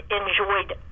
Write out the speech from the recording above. enjoyed